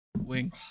wing